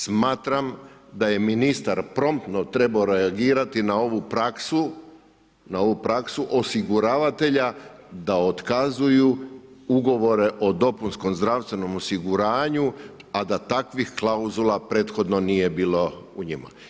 Smatram da je ministar promptno trebao reagirati na ovu praksu osiguravatelja da otkazuju ugovore o dopunskom zdravstvenom osiguranju a da takvih klauzula prethodno nije bilo u njima.